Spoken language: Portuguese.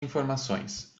informações